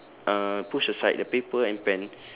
uh push aside the paper and pen